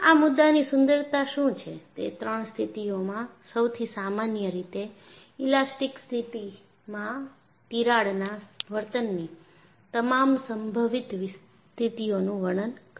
આ મુદ્દાની સુંદરતા શું છે તે ત્રણ સ્થિતિઓમાં સૌથી સામાન્ય રીતે ઈલાસ્ટીક સ્થિતિમાં તિરાડના વર્તનની તમામ સંભવિત સ્થિતિઓનું વર્ણન કરે છે